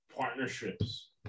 Partnerships